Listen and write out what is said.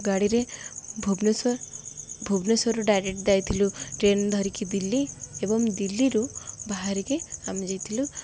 ଗାଡ଼ିରେ ଭୁବନେଶ୍ୱର ଭୁବନେଶ୍ୱରରୁ ଡାଇରେକ୍ଟ ଯାଇଥିଲୁ ଟ୍ରେନ ଧରିକି ଦିଲ୍ଲୀ ଏବଂ ଦିଲ୍ଲୀରୁ ବାହାରିକି ଆମେ ଯାଇଥିଲୁ